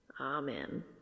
Amen